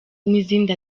n’izindi